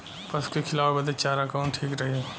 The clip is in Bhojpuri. पशु के खिलावे बदे चारा कवन ठीक रही?